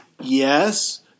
Yes